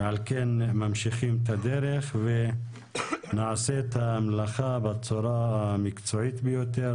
ועל כן ממשיכים את הדרך ונעשה את המלאכה בצורה המקצועית ביותר,